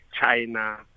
China